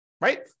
right